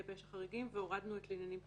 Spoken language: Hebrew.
פשע חריגים והורדנו את "לעניינים פליליים".